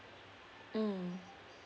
mm